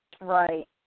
Right